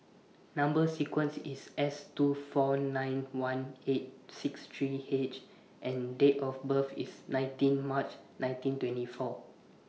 Number sequence IS S two four nine one eight six three H and Date of birth IS nineteen March nineteen twenty four